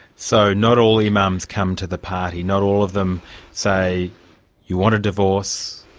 so not all imams come to the party, not all of them say you want a divorce,